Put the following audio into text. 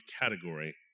category